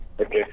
okay